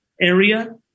area